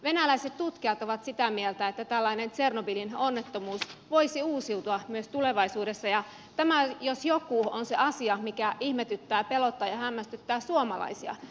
venäläiset tutkijat ovat sitä mieltä että tällainen tsernobylin onnettomuus voisi uusiutua myös tulevaisuudessa ja tämä jos joku on se asia mikä ihmetyttää pelottaa ja hämmästyttää suomalaisia